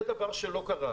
זה דבר שלא קרה.